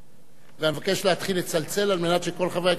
ואני מבקש להתחיל לצלצל על מנת שכל חברי הכנסת יבינו